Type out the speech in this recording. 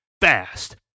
fast